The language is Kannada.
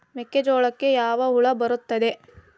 ಮೆಕ್ಕೆಜೋಳಕ್ಕೆ ಯಾವ ಹುಳ ಬರುತ್ತದೆ?